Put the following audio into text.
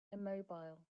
immobile